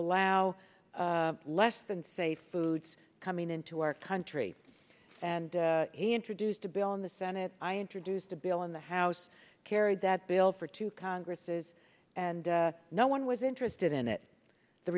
allow less than safe foods coming into our country and he introduced a bill in the senate i introduced a bill in the house carried that bill for two congresses and no one was interested in it the